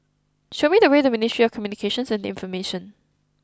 show me the way to Ministry of Communications and Information